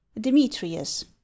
Demetrius